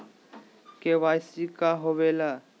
KYC का होवेला?